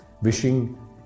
wishing